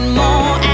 more